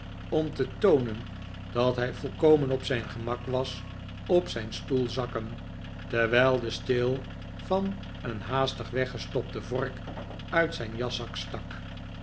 om te toonen dat hij volkomen op zijn gemak was op zijn stoel zakken terwijl de steel van een haastig weggestopte vork uit zijn jaszak stak